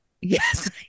Yes